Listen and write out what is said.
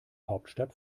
hauptstadt